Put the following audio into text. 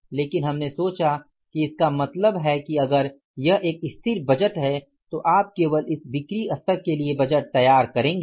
लेकिन हमने सोचा कि इसका मतलब है कि अगर यह एक स्थिर बजट है तो आप केवल इस बिक्री का स्तर के लिए बजट तैयार करेंगे